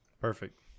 perfect